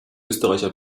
österreicher